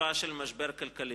בתקופה של משבר כלכלי,